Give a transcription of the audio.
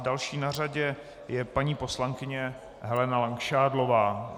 Další na řadě je paní poslankyně Helena Langšádlová.